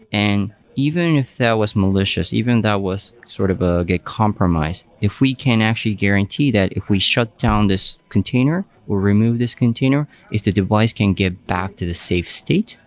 and even if that was malicious, even that was sort of a get compromised, if we can actually guarantee that if we shut down this container, we'll remove this container, if the device can get back to the safe state,